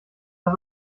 das